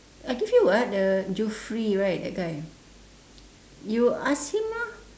I give you [what] the Joffrey right that guy you ask him lah